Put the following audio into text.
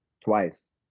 Twice